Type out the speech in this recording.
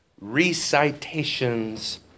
recitations